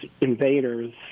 invaders –